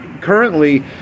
currently